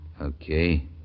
Okay